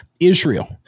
Israel